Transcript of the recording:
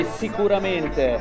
sicuramente